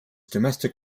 domestic